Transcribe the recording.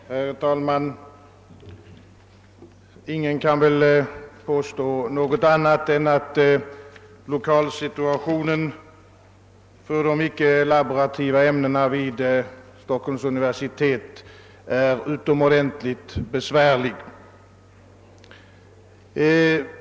Herr talman! Ingen kan väl påstå något annat än att situationen för de icke-laborativa ämnena vid Stockholms universitet är utomordentligt besvärlig.